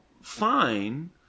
fine